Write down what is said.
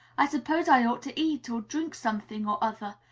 i suppose i ought to eat or drink something or other,